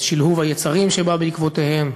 את שלהוב היצרים שבא בעקבותיהן,